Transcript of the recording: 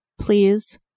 please